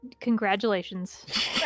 Congratulations